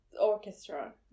orchestra